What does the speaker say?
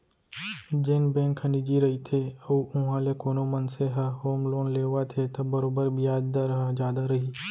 जेन बेंक ह निजी रइथे अउ उहॉं ले कोनो मनसे ह होम लोन लेवत हे त बरोबर बियाज दर ह जादा रही